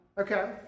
Okay